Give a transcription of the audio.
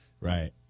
Right